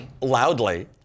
Loudly